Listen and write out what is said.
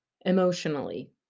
emotionally